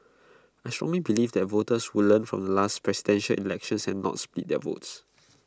I strongly believe that voters would learn from the last Presidential Elections and not split their votes